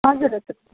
हजुर हजुर